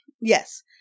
Yes